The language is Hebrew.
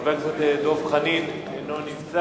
חבר הכנסת דב חנין מוותר.